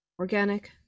organic